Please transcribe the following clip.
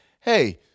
hey